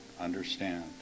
understand